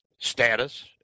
status